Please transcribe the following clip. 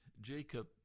Jacob